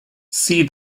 see